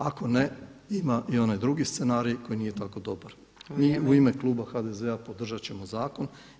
Ako ne, ima i onaj drugi scenariji koji nije tako dobar [[Upadica Opačić: Vrijeme.]] Mi u ime kluba HDZ-a podržat ćemo zakon.